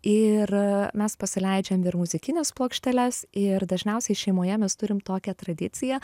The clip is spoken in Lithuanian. ir mes pasileidžiam ir muzikines plokšteles ir dažniausiai šeimoje mes turim tokią tradiciją